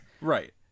Right